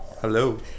hello